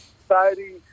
society